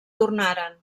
tornaren